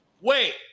wait